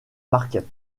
marquet